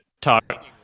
talk